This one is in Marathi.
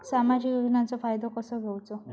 सामाजिक योजनांचो फायदो कसो घेवचो?